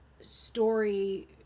story